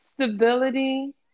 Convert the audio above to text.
stability